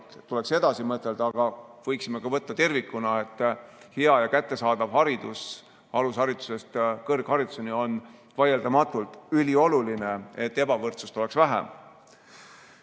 Tuleks edasi mõtelda, aga võiksime võtta tervikuna, et hea ja kättesaadav haridus alusharidusest kõrghariduseni on vaieldamatult ülioluline, et ebavõrdsust oleks vähem.